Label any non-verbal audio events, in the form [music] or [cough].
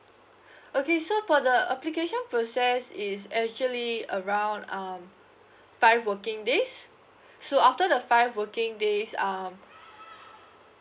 [breath] okay so for the application process is actually around um five working days so after the five working days um